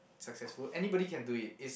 successful anybody can do it's